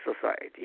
society